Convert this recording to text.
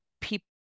people